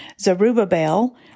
Zerubbabel